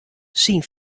syn